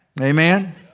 Amen